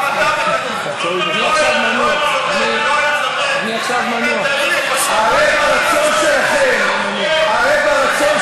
אני מודה שאני ממש ממש מתרגשת להציג את הצעת